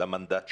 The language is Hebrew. למנדט שלו,